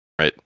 right